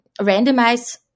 randomize